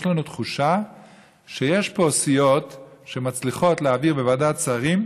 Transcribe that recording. יש לנו תחושה שיש פה סיעות שמצליחות להעביר בוועדת השרים,